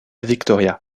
victoria